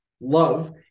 love